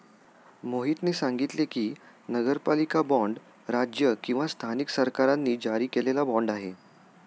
मोहितने सांगितले की, नगरपालिका बाँड राज्य किंवा स्थानिक सरकारांनी जारी केलेला बाँड आहे